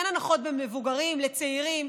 אין הנחות בין מבוגרים לצעירים,